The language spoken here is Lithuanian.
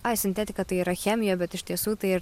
ai sintetika tai yra chemija bet iš tiesų tai